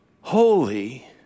holy